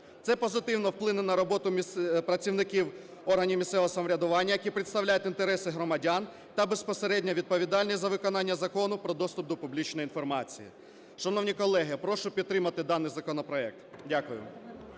Це позитивно вплине на роботу працівників органів місцевого самоврядування, які представляють інтереси громадян, та безпосередньо відповідальність за виконання Закону "Про доступ до публічної інформації". Шановні колеги, прошу підтримати даний законопроект. Дякую.